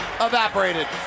evaporated